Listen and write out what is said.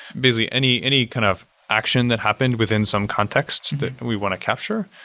basically, any any kind of action that happened within some context that we want to capture,